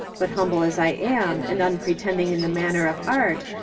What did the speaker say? but humble as i am and un pretending in the matter of art,